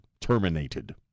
Terminated